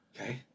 Okay